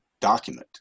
document